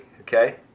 Okay